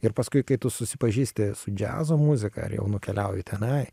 ir paskui kai tu susipažįsti su džiazo muzika ar jau nukeliauju tenai